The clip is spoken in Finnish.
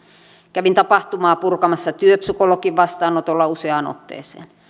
kävin tapahtumaa purkamassa työpsykologin vastaanotolla useaan otteeseen